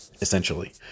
Essentially